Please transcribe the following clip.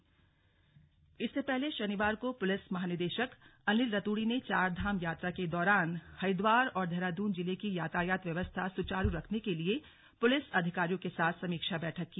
slug Chardham सुरक्षा इससे पहले शनिवार को पुलिस महानिदेशक अनिल रतूड़ी ने चारधाम यात्रा के दौरान हरिद्वार और देहरादून जिले की यातायात व्यवस्था सुचारू रखने के लिए पुलिस अधिकारियों के साथ समीक्षा बैठक की